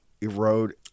erode